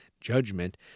judgment